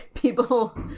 people